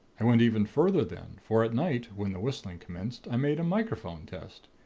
i went even further, then for at night, when the whistling commenced, i made a microphone test.